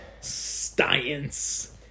Science